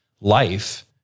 life